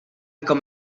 com